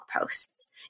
posts